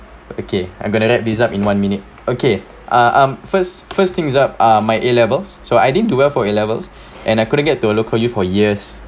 okay I'm going to wrap result in one minute okay ah um first first things up are my A levels so I didn't do well for A levels and I couldn't get to a local U for years